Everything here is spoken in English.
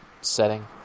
setting